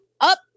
up